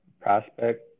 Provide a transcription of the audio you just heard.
prospect